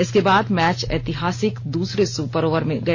इसके बाद मैच ऐतिहासिक दूसरे सुपर ओवर में गया